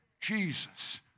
Jesus